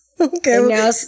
Okay